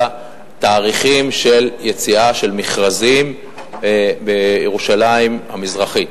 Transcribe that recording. תאריכים של יציאה של מכרזים בירושלים המזרחית,